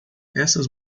essas